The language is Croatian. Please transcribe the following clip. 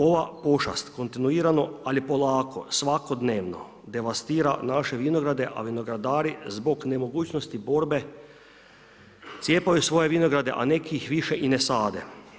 Ova pošast kontinuirano, ali polako, svakodnevno, devastira naše vinograde, a vinogradari, zbog nemogućnosti borbe, cijepaju svoje vinograde, a neki ih više ni ne sade.